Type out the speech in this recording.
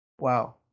Wow